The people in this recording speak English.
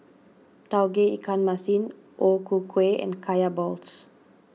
Tauge Ikan Masin O Ku Kueh and Kaya Balls